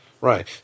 Right